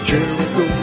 Jericho